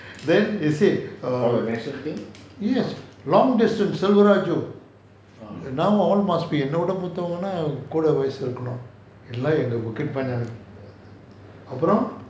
then it says err yes long distance selvaraju now all must be என்னைவிட மூத்தவங்க னா கூட வயசு இருக்கனும்:ennavida moothavanga naa oda vayasu irukanum bukit panjang அப்புறம்:appuram